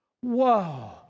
Whoa